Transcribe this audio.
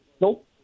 nope